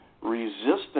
resistance